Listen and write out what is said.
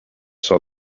saw